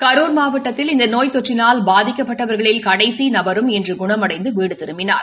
கரூர் மாவட்டத்தில் இந்த நோய் தொற்றினால் பாதிக்கப்பட்டவர்களில் கடைசி நபரும் இன்று குணமடைந்து வீடு திரும்பினார்